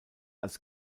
als